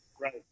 Right